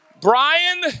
Brian